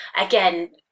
again